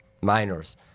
minors